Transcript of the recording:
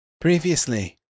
Previously